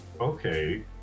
Okay